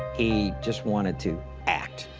he just wanted to act.